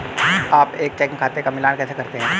आप एक चेकिंग खाते का मिलान कैसे करते हैं?